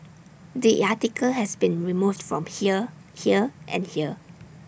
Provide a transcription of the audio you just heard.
the article has been removed from here here and here